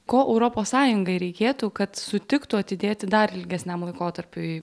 ko europos sąjungai reikėtų kad sutiktų atidėti dar ilgesniam laikotarpiui